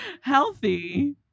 healthy